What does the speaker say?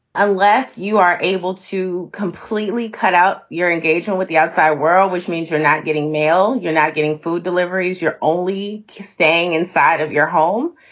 unless you are able to completely cut out your engagement with the outside world, which means you're not getting mail, you're not getting food deliveries, you're only staying inside of your home.